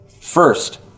First